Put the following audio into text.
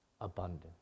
abundant